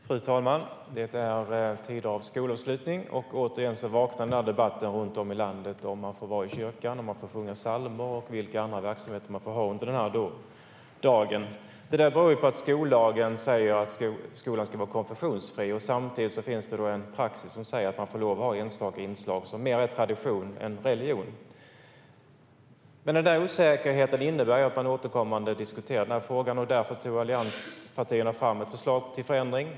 Fru talman! Det är tider av skolavslutning, och återigen vaknar debatten runt om i landet om man får vara i kyrkan, om man får sjunga psalmer och vilka andra verksamheter man får ha under den här dagen. Det beror på att skollagen säger att skolan ska vara konfessionsfri och att det samtidigt finns en praxis som säger att man får lov att ha enstaka inslag som mer är tradition än religion. Den osäkerheten innebär att man återkommande diskuterar den här frågan. Därför tog allianspartierna fram ett förslag till förändring.